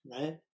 right